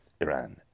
Iran